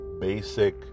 basic